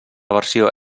versió